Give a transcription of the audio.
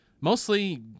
mostly